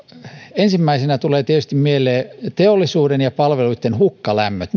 ensimmäisenä tulee tietysti mieleen teollisuuden ja palveluitten hukkalämpöjen